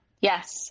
Yes